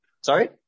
Sorry